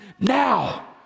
Now